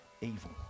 evil